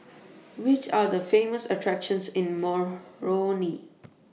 Which Are The Famous attractions in Moroni